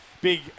big